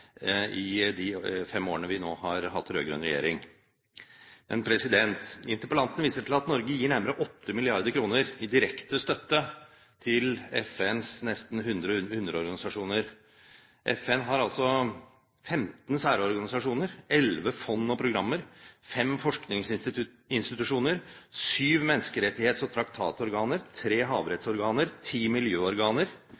i de fem årene vi nå har hatt rød-grønn regjering. Interpellanten viser til at Norge gir nærmere 8 mrd. kr i direkte støtte til FNs nesten 100 underorganisasjoner. FN har altså femten særorganisasjoner, elleve fond og programmer, fem forskningsinstitusjoner, syv menneskerettighets- og traktatorganer, tre